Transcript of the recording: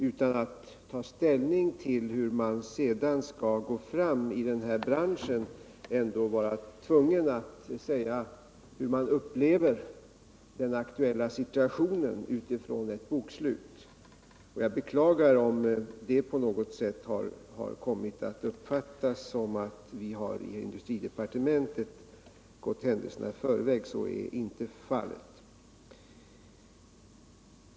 Utan att ta ställning till frågan hur man skall gå fram i denna bransch är det ändå ofrånkomligt att vi måste säga hur vi upplever den aktuella situationen utifrån det framlagda bokslutet. Jag beklagar om detta på något sätt har kommit att uppfattas så, att vi inom industridepartementet har gått händelserna i förväg. Så är inte fallet.